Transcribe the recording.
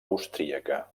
austríaca